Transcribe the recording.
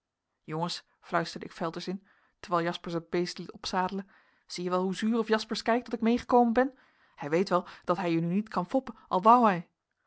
jongens fluisterde ik velters in terwijl jaspersz het beest liet opzadelen zie je wel hoe zuur of jaspersz kijkt dat ik meegekomen ben hij weet wel dat hij je nu niet kan foppen al wou